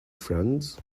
friends